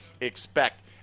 expect